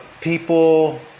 people